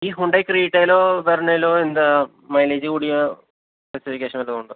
ഈ ഹുണ്ടായ് ക്രെറ്റയിലോ വെർണയിലോ എന്താ മൈലേജ് കൂടിയ സ്പെസിഫിക്കേഷൻ വല്ലതും ഉണ്ടോ